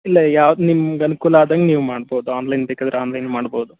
ಇಲ್ಲ ಯಾವುದು ನಿಮಗೆ ಅನುಕೂಲ ಆದಂಗೆ ನೀವು ಮಾಡ್ಬೋದು ಆನ್ಲೈನ್ ಬೇಕಾದರೆ ಆನ್ಲೈನೂ ಮಾಡ್ಬೋದು